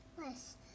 Yes